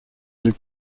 del